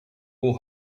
will